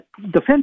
defense